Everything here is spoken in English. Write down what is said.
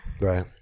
Right